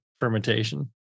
fermentation